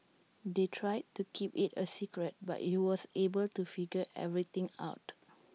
they tried to keep IT A secret but he was able to figure everything out